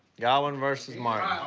godwin versus martin.